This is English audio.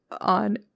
on